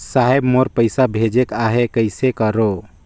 साहेब मोर पइसा भेजेक आहे, कइसे करो?